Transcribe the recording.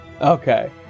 Okay